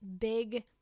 big